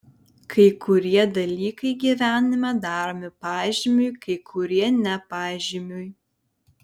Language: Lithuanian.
kai kurie dalykai gyvenime daromi pažymiui kai kurie ne pažymiui